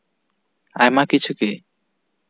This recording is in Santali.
ᱟᱭᱢᱟ ᱠᱤᱪᱷᱩ ᱜᱮ